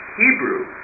hebrew